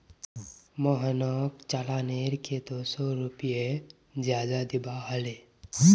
मोहनक चालानेर के दो सौ रुपए ज्यादा दिबा हले